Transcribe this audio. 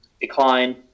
decline